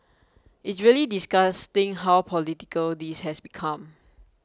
it's really disgusting how political this has become